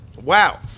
Wow